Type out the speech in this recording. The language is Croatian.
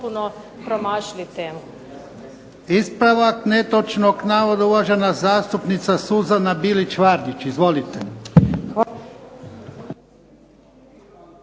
Hvala